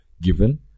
given